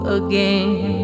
again